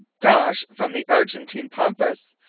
gauche from the argentine pampas,